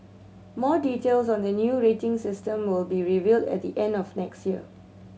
more details on the new rating system will be revealed at the end of next year